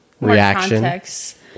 reaction